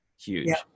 Huge